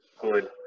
good